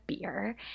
beer